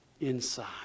inside